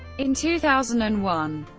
in two thousand and one,